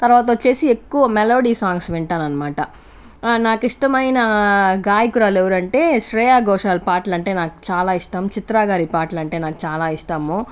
తర్వాత వచ్చేసి ఎక్కువ మెలోడీ సాంగ్స్ వింటాను అనమాట నాకు ఇష్టమైన గాయకురాలు ఎవరంటే శ్రేయ ఘోషల్ పాటలు అంటే నాకు చాలా ఇష్టం చిత్ర గారి పాటలు అంటే నాకు చాలా ఇష్టము